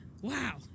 Wow